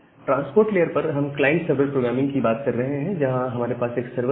transport layer पर हम client server programming की बात कर रहे हैं जहां हमारे पास एक सर्वर है